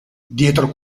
dietro